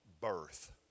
Birth